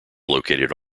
located